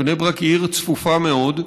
בני ברק היא עיר צפופה מאוד.